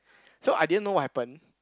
so I didn't know what happen